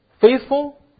faithful